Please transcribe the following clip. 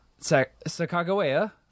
Sacagawea